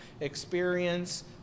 experience